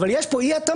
אבל יש פה אי-התאמה,